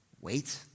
Wait